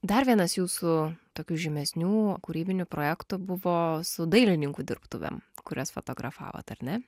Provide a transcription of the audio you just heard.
dar vienas jūsų tokių žymesnių kūrybinių projektų buvo su dailininkų dirbtuvėm kurias fotografavot ar ne